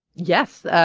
yes.